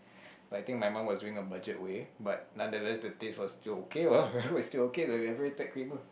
I think my mum was doing the budget way but nonetheless the taste was still okay lah was still okay the very thick creamer